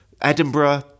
edinburgh